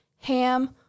ham